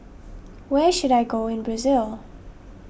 where should I go in Brazil